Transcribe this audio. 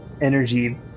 energy